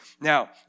now